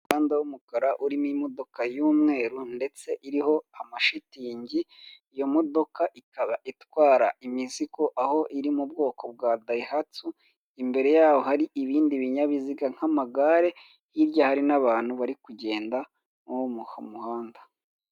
Umuhanda w'umukara urimo imodoka y'umweru ndetse iriho amashitingi, iyo modoka ikaba itwara imizigo aho iri mu bwoko bwa dayihatsu, imbere yaho hari ibindi binyabiziga nk'amagare, hirya hari n'abantu bari kugenda mw'uwo muhanda.